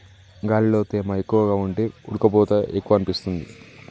గాలిలో తేమ ఎక్కువగా ఉంటే ఉడుకపోత ఎక్కువనిపిస్తుంది